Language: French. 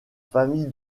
famille